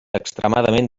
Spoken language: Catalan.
extremadament